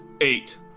Eight